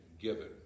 given